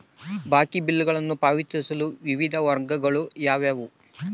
ಬಾಕಿ ಬಿಲ್ಗಳನ್ನು ಪಾವತಿಸಲು ವಿವಿಧ ಮಾರ್ಗಗಳು ಯಾವುವು?